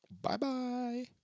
Bye-bye